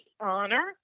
honor